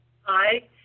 Hi